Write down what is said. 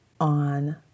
on